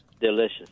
Delicious